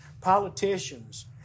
politicians